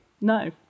No